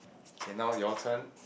okay now your turn